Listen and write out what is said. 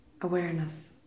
awareness